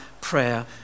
prayer